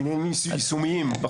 או